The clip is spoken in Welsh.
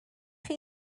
chi